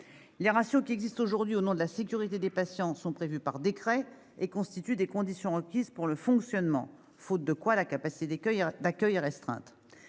Les ratios qui existent aujourd'hui au nom de la sécurité des patients sont prévus par décret et constituent des conditions requises pour le fonctionnement des établissements.